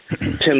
Tim